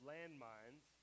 Landmines